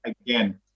again